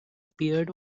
appeared